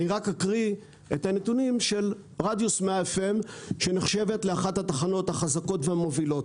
אקריא את הנתונים של רדיוס 100FM שנחשבת לאחת התחנות החזקות והמובילות: